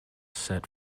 set